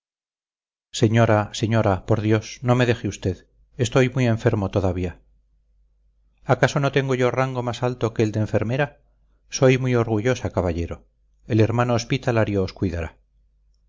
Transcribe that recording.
señora señora por dios no me deje usted estoy muy enfermo todavía acaso no tengo yo rango más alto que el de enfermera soy muy orgullosa caballero el hermano hospitalario os cuidará